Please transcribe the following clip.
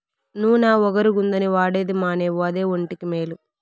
నూన ఒగరుగుందని వాడేది మానేవు అదే ఒంటికి మేలు